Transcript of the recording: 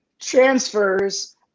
transfers